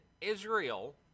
Israel